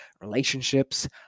relationships